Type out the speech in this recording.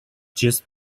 just